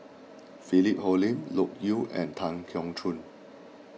Philip Hoalim Loke Yew and Tan Keong Choon